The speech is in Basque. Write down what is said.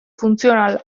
funtzional